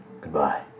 Goodbye